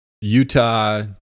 Utah